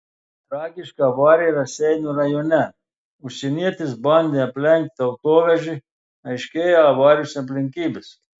tragiška avarija raseinių rajone užsienietis bandė aplenkti autovežį aiškėja avarijos aplinkybės